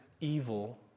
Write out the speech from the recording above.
evil